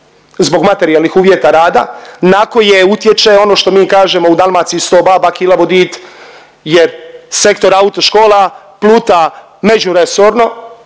zbog materijalnih uvjeta rada na koje utječe ono što mi kažemo u Dalmaciji „sto baba kilavo dite“ jer sektor autoškola pluta međuresorno